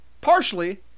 Partially